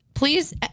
Please